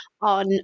on